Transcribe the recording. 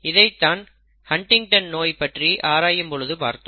இதைத்தான் ஹன்டிங்டன் நோய் பற்றி ஆராயும் பொழுது பார்த்தோம்